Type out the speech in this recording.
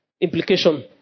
implication